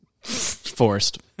Forced